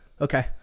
Okay